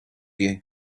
you